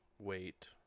Wait